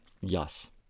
Yes